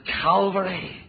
Calvary